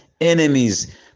enemies